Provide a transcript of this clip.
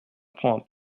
prend